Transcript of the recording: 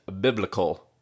biblical